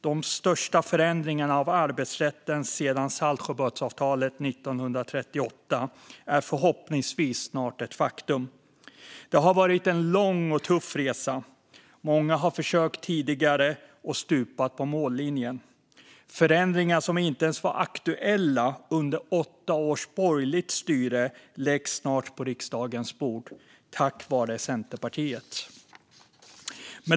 De största förändringarna av arbetsrätten sedan Saltsjöbadsavtalet 1938 är förhoppningsvis snart ett faktum. Det har varit en lång och tuff resa. Många har försökt tidigare och stupat på mållinjen. Förändringar som inte ens var aktuella under åtta års borgerligt styre läggs snart på riksdagens bord - tack vare Centerpartiet.